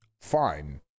fine